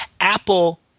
Apple